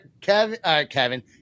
Kevin